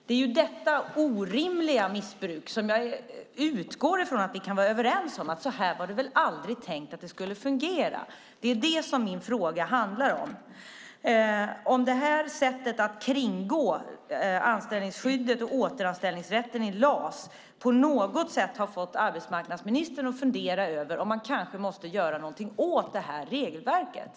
Det är detta orimliga missbruk - och jag utgår ifrån att vi kan vara överens om att det väl aldrig var tänkt att fungera så här - min fråga handlar om. Min fråga är alltså om detta sätt att kringgå anställningsskyddet och återanställningsrätten i LAS på något sätt har fått arbetsmarknadsministern att fundera över om man kanske måste göra någonting åt regelverket.